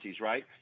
right